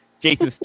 Jason